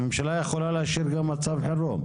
הממשלה יכולה לאשר גם מצב חירום.